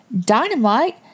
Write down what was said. Dynamite